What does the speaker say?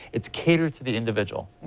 it's catered to the individual.